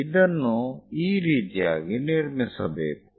ಇದನ್ನು ಈ ರೀತಿಯಾಗಿ ನಿರ್ಮಿಸಬೇಕು